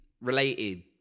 related